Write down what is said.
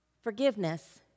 forgiveness